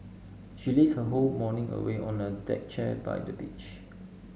she lazed her whole morning away on a deck chair by the beach